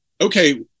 Okay